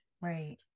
Right